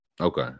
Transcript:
Okay